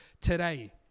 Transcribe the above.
today